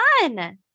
fun